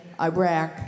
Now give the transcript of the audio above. Iraq